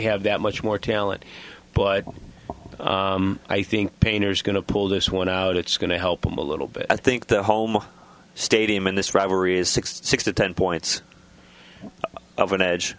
have that much more talent but i think painters going to pull this one out it's going to help them a little bit i think the home stadium in this rivalry is six six to ten points of an edge